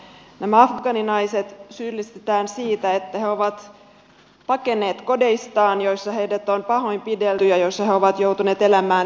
nämä afgaaninaiset syyllistetään siitä että he ovat paenneet kodeistaan joissa heidät on pahoinpidelty ja joissa he ovat joutuneet elämään pakkoavioliitoissa